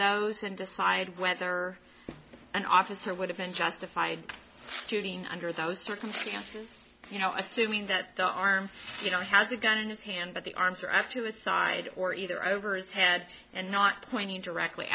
those and decide whether an officer would have been justified shooting under those circumstances you know assuming that the arm you know has a gun in his hand but the arms are up to his side or either over his head and not pointing directly